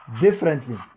differently